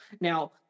Now